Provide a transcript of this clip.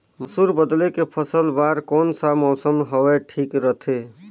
मसुर बदले के फसल बार कोन सा मौसम हवे ठीक रथे?